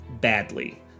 badly